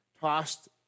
tossed